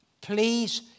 Please